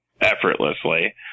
effortlessly